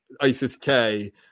ISIS-K